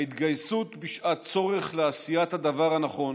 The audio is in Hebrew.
ההתגייסות בשעת צורך לעשיית הדבר הנכון